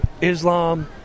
Islam